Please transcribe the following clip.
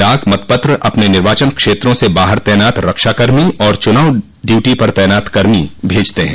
डाक मतपत्र अपने निर्वाचन क्षेत्रों से बाहर तैनात रक्षा कर्मी और चुनाव डयूटी पर तैनात कर्मी भेजते हैं